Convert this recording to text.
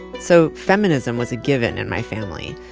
so feminism was a given in my family,